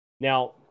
Now